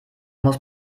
muss